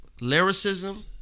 Lyricism